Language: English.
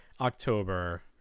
october